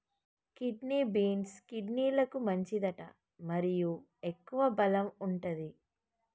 kidney beans, కిడ్నీలకు మంచిదట మరియు ఎక్కువ బలం వుంటది